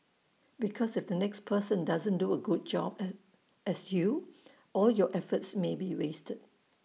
because if the next person doesn't do A good job as you all your efforts may be wasted